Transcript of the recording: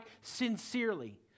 sincerely